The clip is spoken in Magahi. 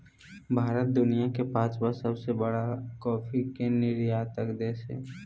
भारत दुनिया के पांचवां सबसे बड़ा कॉफ़ी के निर्यातक देश हइ